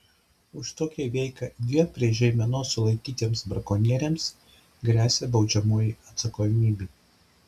už tokią veiką dviem prie žeimenos sulaikytiems brakonieriams gresia baudžiamoji atsakomybė